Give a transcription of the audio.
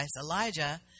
Elijah